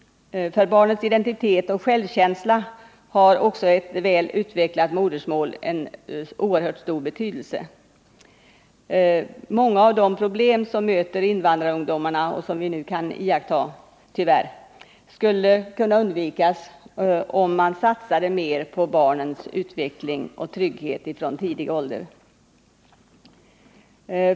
För barnens identitet och självkänsla har ett väl utvecklat modersmål oerhört stor betydelse. Många av de problem som möter invandrarungdomarna och som vi nu tyvärr kan iaktta skulle kunna undvikas, om man satsade mer på barnens utveckling och trygghet från tidig ålder.